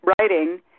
writing